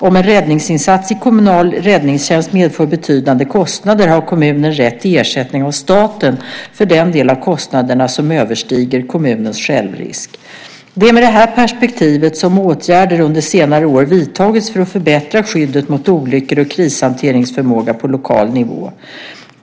Om en räddningstjänstinsats i kommunal räddningstjänst medför betydande kostnader har kommunen rätt till ersättning av staten för den del av kostnaderna som överstiger kommunens självrisk. Det är med det här perspektivet som åtgärder under senare år vidtagits för att förbättra skyddet mot olyckor och krishanteringsförmågan på lokal nivå.